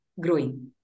growing